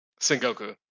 Sengoku